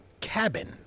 cabin